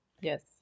Yes